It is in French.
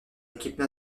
équipe